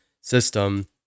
system